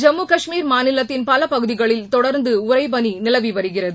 ஜம்மு காஷ்மீர் மாநிலத்தின் பல பகுதிகளில் தொடர்ந்து உறைபளி நிலவி வருகிறது